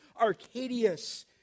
Arcadius